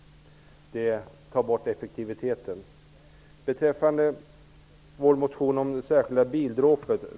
Det tar bort effektiviteten. Jag vill också nämna vår motion om ett särskilt bildråp.